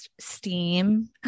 steam